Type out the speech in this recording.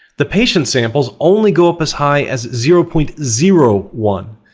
the patient samples only go up as high as zero point zero one,